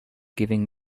giving